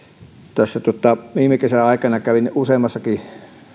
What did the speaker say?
tässä viime kesän aikana kävin useammassakin